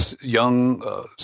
young